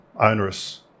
onerous